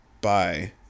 bye